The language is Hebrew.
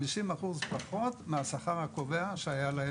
50% פחות מהשכר הקובע שהיה להם.